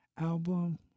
album